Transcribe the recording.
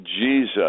Jesus